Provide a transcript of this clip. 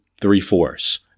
three-fourths